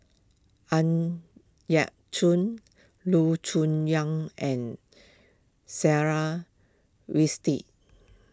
Ang Yau Choon Loo Choon Yong and Sarah Winstedt